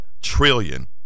trillion